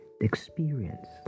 experience